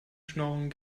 schnorren